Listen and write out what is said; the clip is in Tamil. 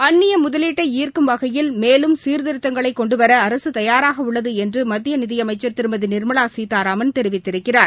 அந்நியமுதலீட்டைஈர்க்கும் வகையில் மேலும் சீர்திருத்தங்களைகொண்டுவரஅராசுதயாராகஉள்ளதுஎன்றுமத்தியநிதிஅமைச்சர் திருமதிநிர்மலாசீதாராமன் தெரிவித்திருக்கிறார்